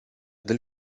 del